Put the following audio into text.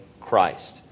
Christ